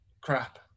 crap